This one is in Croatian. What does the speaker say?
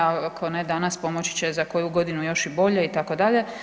Ako ne danas, pomoći će za koju godinu još i bolje itd.